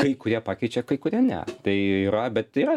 kai kurie pakeičia kai kurie ne tai yra bet yra